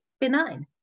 benign